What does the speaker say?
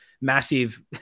massive